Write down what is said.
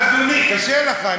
אדוני, קשה לך.